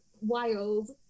wild